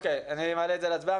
אני מעלה להצבעה.